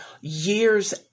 years